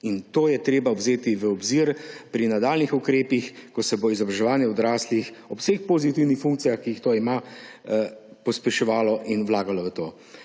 in to je treba vzeti v obzir pri nadaljnjih ukrepih, ko se bo izobraževanje odraslih ob vseh pozitivnih funkcijah, ki jih ima, pospeševalo in se bo vlagalo v to.